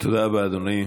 תודה רבה, אדוני.